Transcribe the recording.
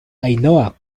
ainhoa